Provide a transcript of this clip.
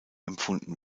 empfunden